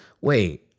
Wait